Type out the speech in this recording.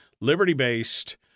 liberty-based